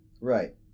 Right